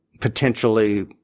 potentially